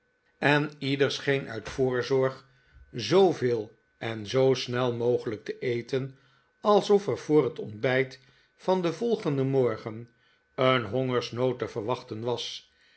en ieder scheen uit voorzorg zoo veel en zoosnel mogelijk te eten alsof er voor het ontbijt van den volgenden morgen een hongersnood te verwachten was